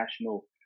national